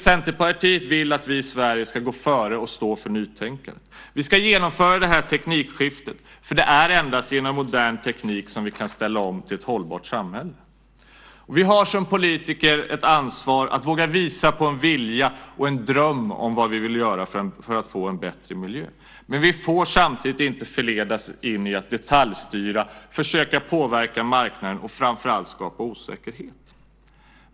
Centerpartiet vill att vi i Sverige ska gå före och stå för nytänkande. Vi ska genomföra det här teknikskiftet, för det är endast genom modern teknik som vi kan ställa om till ett hållbart samhälle. Vi har som politiker ett ansvar att våga visa på en vilja och en dröm om vad vi vill göra för att få en bättre miljö. Men vi får samtidigt inte förledas att detaljstyra, försöka påverka marknaden och framför allt skapa osäkerhet.